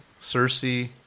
Cersei